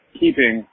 keeping